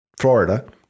Florida